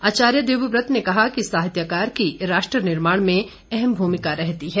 आचार्य देवव्रत ने कहा कि साहित्यकार की राष्ट्र निर्माण में अहम भूमिका रहती है